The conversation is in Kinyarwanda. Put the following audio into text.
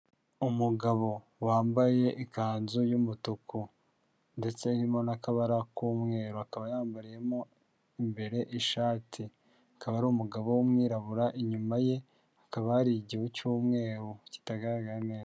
Umugabo wambaye ikanzu yumutuku ndetse harimo n'akabara k'umweru akaba yambariyemo imbere ishati, akaba ari umugabo w'umwirabura, inyuma ye hakaba hari igihu cy'umweru kitagaragara neza.